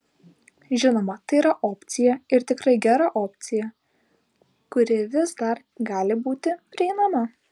žinoma tai yra opcija ir tikrai gera opcija kuri vis dar gali būti prieinama